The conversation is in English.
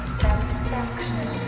satisfaction